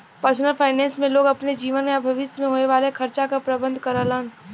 personal finance में लोग अपने जीवन या भविष्य में होये वाले खर्चा क प्रबंधन करेलन